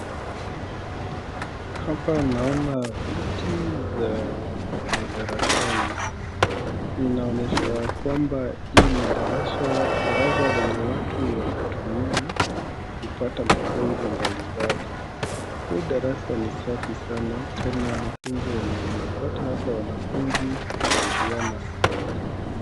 Hapa naona viti za madarasani , inaonyesha kwamba ii ni darasa .Darasa lenye watu wanatumia kupata mafunzo mbalimbali .Hi darasa ni safi sana tena mafunzi yenye wanapata hapa wanafunzi ni ya kusaidiana sana.